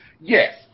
Yes